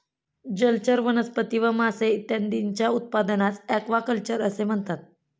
जलचर वनस्पती व मासे इत्यादींच्या उत्पादनास ॲक्वाकल्चर असे म्हणतात